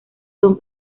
son